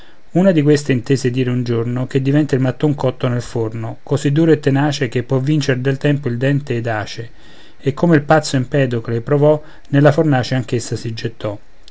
una di queste intese dire un giorno che diventa il matton cotto nel forno così duro e tenace che può vincer del tempo il dente edace e come il pazzo empédocle provò nella fornace anch'essa si gettò